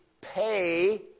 pay